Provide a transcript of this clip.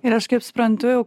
ir aš kaip suprantu jau